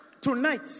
tonight